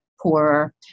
poorer